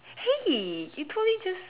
hey you totally just